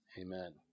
Amen